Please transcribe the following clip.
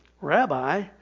Rabbi